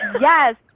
Yes